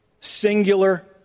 singular